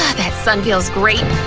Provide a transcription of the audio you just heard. ah that sun feels great!